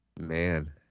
man